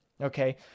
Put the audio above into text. okay